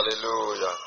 hallelujah